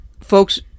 folks